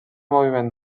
moviment